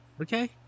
Okay